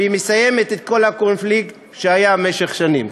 ומסיימת את כל הקונפליקט שהיה במשך שנים.